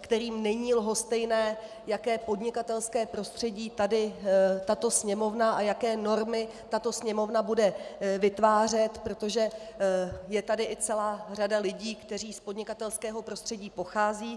kterým není lhostejné, jaké podnikatelské prostředí tady tato Sněmovna a jaké normy tato Sněmovna bude vytvářet, protože je tady i celá řada lidí, kteří z podnikatelského prostředí pocházejí.